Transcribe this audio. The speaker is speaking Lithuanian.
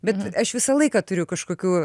bet aš visą laiką turiu kažkokių